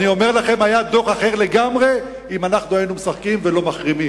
אני אומר לכם שהיה דוח אחר לגמרי אם היינו משחקים ולא מחרימים.